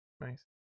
Nice